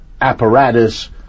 apparatus